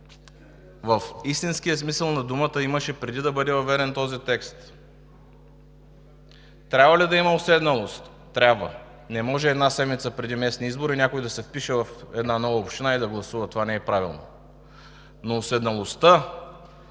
в истинския смисъл на думата имаше преди да бъде въведен този текст. Трябва ли да има уседналост? Трябва. Не може една седмица преди местните избори някой да се впише в една нова община и да гласува – това не е правилно, но уседналостта